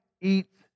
eats